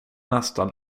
nästan